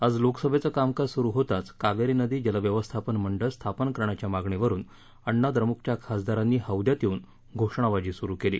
आज लोकसभेचं कामकाज सुरु होताच कावेरी नदी जल व्यवस्थापन मंडळ स्थापन करण्याच्या मागणीवरुन अण्णाद्रमुकच्या खासदारांनी हौद्यात येवून घोषणाबाजी सुरू केली